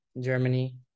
Germany